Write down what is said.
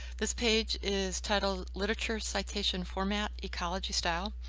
this page is titled literature citation format ecology style.